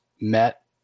met